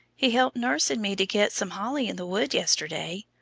he helped nurse and me to get some holly in the wood yesterday.